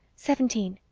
seventeen.